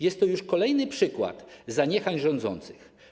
Jest to już kolejny przykład zaniechań rządzących.